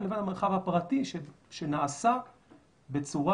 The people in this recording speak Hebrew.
לבין המרחב הפרטי שנעשה בצורה